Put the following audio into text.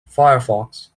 فَيَرفُكس